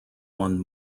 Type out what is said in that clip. one